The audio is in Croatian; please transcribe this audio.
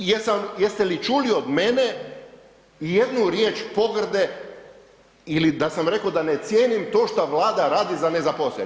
I jesam, jeste li čuli od mene ijednu riječ pogrde ili da sam reko da ne cijenim to šta Vlada radi za nezaposlene?